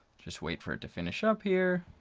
just wait for it to finish up here.